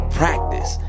practice